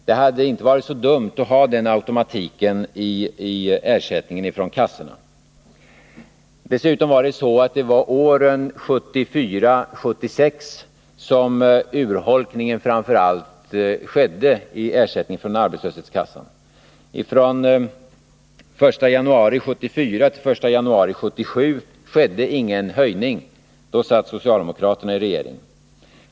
Det hade inte varit så dumt att ha den automatiken i ersättningen från kassorna. Dessutom var det framför allt under åren 1974-1976 som urholkningen i ersättningen från arbetslöshetskassorna skedde. Från den 1 januari 1974 till den 1 januari 1977 skedde ingen höjning. Då satt socialdemokraterna i regeringen.